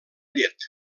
llet